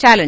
ಚಾಲನೆ